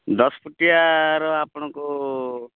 ଦଶ୍ ଫୁଟିଆ ର ଆପଣଙ୍କୁ